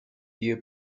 ihr